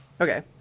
okay